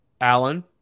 Allen